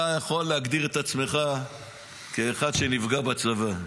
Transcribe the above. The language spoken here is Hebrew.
אתה יכול להגדיר את עצמך כאחד שנפגע בצבא.